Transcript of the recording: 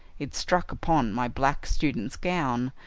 it struck upon my black student's gown,